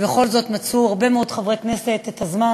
ובכל זאת מצאו הרבה מאוד חברי כנסת את הזמן